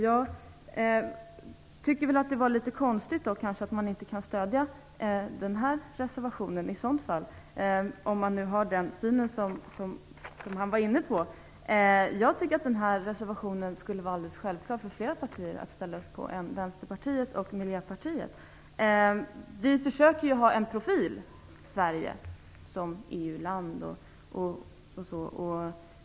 Jag tycker att det är litet konstigt att man inte kan stödja den här reservationen om man har den synen som han gav uttryck för. Jag tycker att det skulle vara alldeles självklart för flera partier än Vänsterpartiet och Miljöpartiet att ställa upp på den här reservationen. Vi försöker ju ha en profil i Sverige som EU-land.